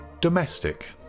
DOMESTIC